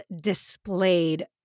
displayed